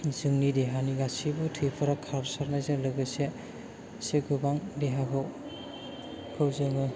जोंनि देहानि गासैबो थैफोरा खारसारनायजों लोगोसे गोबां देहाखौ जोङो